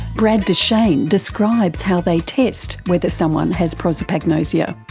brad duchaine describes how they test whether someone has prosopagnosia.